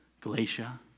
Galatia